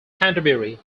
canterbury